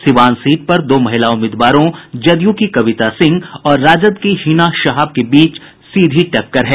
Siwan seat पर दो महिला उम्मीदवारों जदयू की कविता सिंह और राजद की हिना शहाब के बीच सीधी टक्कर है